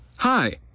Hi